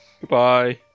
goodbye